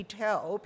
tell